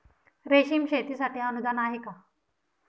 रेशीम शेतीसाठी अनुदान आहे का?